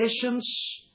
patience